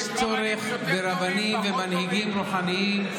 יש צורך ברבנים, מנהיגים רוחניים,